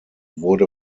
wurde